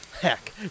Heck